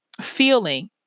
feeling